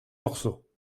morceaux